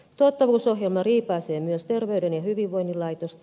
tuottavuusohjelma riipaisee myös terveyden ja hyvinvoinnin laitosta